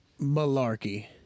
malarkey